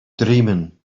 dreaming